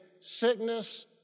sickness